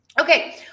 okay